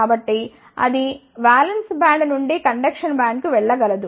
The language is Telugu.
కాబట్టి అది వాలెన్స్ బ్యాండ్ నుండి కండక్షన్ బ్యాండ్కు వెళ్ళ గలదు